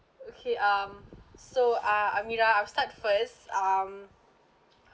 okay um so uh amirah I'll first um